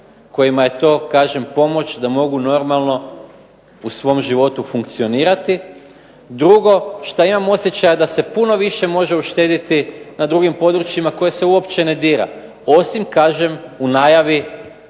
kojima je to pomoć da mogu normalno u svom životu funkcionirati. Drugo, što imam osjećaj da se puno više može uštedjeti na drugim područjima koje se uopće ne dira, osim naravno u naravi